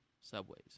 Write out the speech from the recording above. subways